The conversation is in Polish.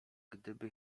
gdyby